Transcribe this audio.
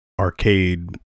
arcade